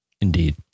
Indeed